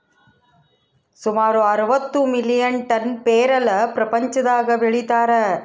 ಸುಮಾರು ಅರವತ್ತು million ton ಪೇರಲ ಪ್ರಪಂಚದಾಗ ಬೆಳೀತಾರ